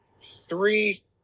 three